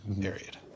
Period